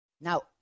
Now